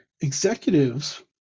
executives